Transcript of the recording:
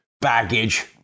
baggage